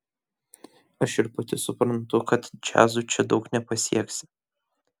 aš ir pati suprantu kad džiazu čia daug nepasieksi